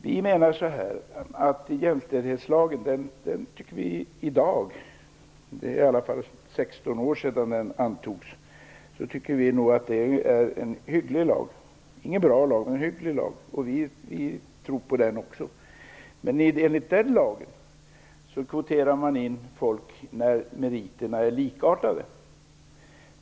Vi menar att jämställdhetslagen i dag - det är i alla fall 16 år sedan den antogs - är en hygglig lag. Den är inte bra, men den är hygglig. Vi tror också på den. Men enligt den lagen kvoterar man in folk när meriterna är likartade.